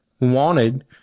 wanted